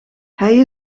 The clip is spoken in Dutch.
hij